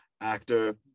Actor